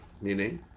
Meaning